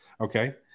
okay